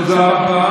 תודה.